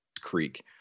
Creek